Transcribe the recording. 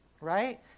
right